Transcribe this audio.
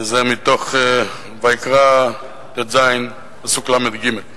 וזה מתוך ויקרא י"ט, פסוק ל"ג: